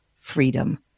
freedom